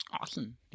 Awesome